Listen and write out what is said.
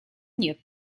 нет